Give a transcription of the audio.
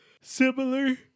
similar